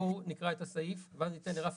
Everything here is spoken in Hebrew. בואו נקרא את הסעיף ואז ניתן לרפי